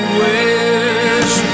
wish